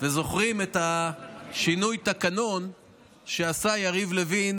וזוכרים את שינוי התקנון שעשה יריב לוין